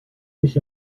nicht